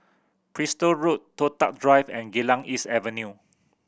Bristol Road Toh Tuck Drive and Geylang East Avenue